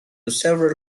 several